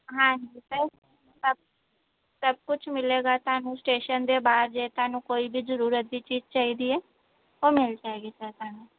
ਹਾਂਜੀ ਸਰ ਸਭ ਸਭ ਕੁਝ ਮਿਲੇਗਾ ਤੁਹਾਨੂੰ ਸਟੇਸ਼ਨ ਦੇ ਬਾਹਰ ਜੇ ਤੁਹਾਨੂੰ ਕੋਈ ਵੀ ਜ਼ਰੂਰਤ ਦੀ ਚੀਜ਼ ਚਾਹੀਦੀ ਹੈ ਉਹ ਮਿਲ ਜਾਏਗੀ ਸਰ ਤੁਹਾਨੂੰ